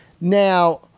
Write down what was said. Now